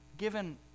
Given